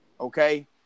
Okay